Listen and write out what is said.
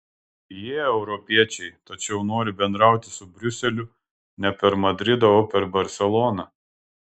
jie europiečiai tačiau nori bendrauti su briuseliu ne per madridą o per barseloną